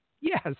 Yes